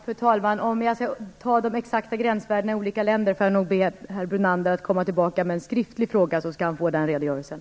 Fru talman! Om jag skall kunna ange de exakta gränsvärdena i olika länder får jag nog be herr Brunander att komma tillbaka med en skriftlig fråga, så skall han få den redogörelsen.